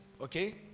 okay